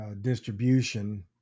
distribution